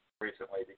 recently